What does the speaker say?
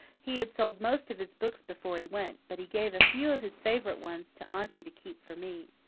he had sold most of his books before he went, but he gave a few of his favourite ones to aunty to keep for me.